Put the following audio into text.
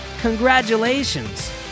congratulations